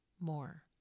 more